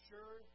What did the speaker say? Sure